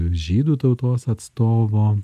žydų tautos atstovo